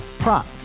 Prop